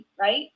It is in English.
right